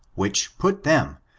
which put them,